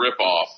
ripoff